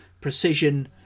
precision